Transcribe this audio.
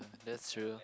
that's true